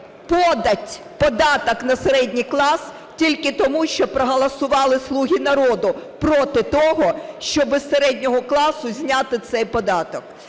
подать, податок на середній клас тільки тому, щоб проголосували "слуги народу" проти того, щоб із середнього класу зняти цей податок.